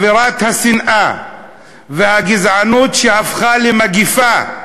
אווירת השנאה והגזענות שהפכה למגפה,